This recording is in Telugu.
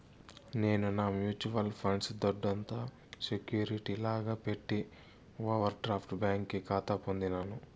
నేను నా మ్యూచువల్ ఫండ్స్ దొడ్డంత సెక్యూరిటీ లాగా పెట్టి ఓవర్ డ్రాఫ్ట్ బ్యాంకి కాతా పొందినాను